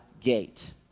gate